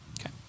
Okay